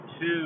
two